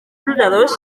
flotadors